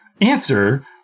answer